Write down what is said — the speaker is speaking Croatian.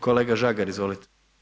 Kolega Žagar izvolite.